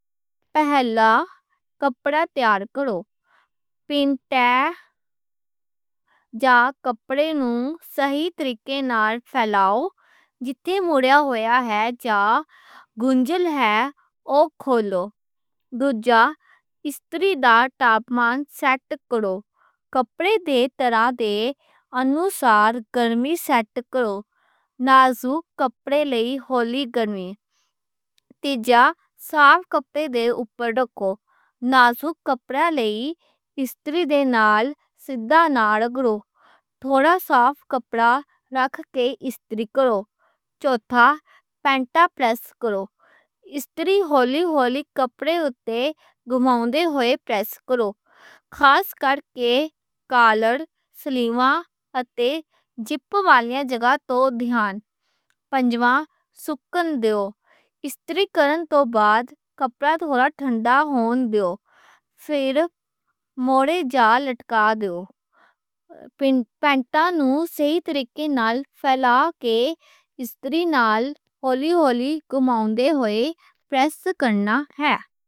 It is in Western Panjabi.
پہلا، کپڑا تیار کرو۔ پینٹے جا کپڑے نوں صحیح طریقے نال پھیلاؤ۔ جتھے مُڑھا ہویا ہے یا گنجھل ہے اوہ کھولو۔ دوجا، استری دا تاپمان سیٹ کرو۔ کپڑے دے طرح دے انُسار گرمی سیٹ کرو۔ نازک کپڑے لئی ہولی گرمی۔ تیجا، صاف کپڑے دے اُتے ڈھکو۔ نازک کپڑے لئی استری دے نال سیدھا نال گاڑو۔ تھوڑا صاف کپڑا رکھ کے استری کرو۔ چوتھا، پینٹاں پریس کرو۔ استری ہولی ہولی کپڑے تے گھماؤندے ہوئے پریس کرو۔ خاص کرکے کالر، سلائیاں اتے زِپ والیاں جگہ تے دھیان۔ پنجواں، استری کرنے توں بعد کپڑا تھوڑا ٹھنڈا ہون دیو۔ پھر، موڑے نال لٹکا دیو۔ پینٹ نوں صحیح طریقے نال پھیلا کے استری نال ہولی ہولی گھماؤندے ہوئے پریس کرنا ہے۔